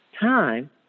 Time